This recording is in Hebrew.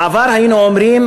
בעבר היינו אומרים,